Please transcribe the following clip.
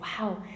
wow